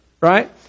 right